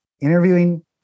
Interviewing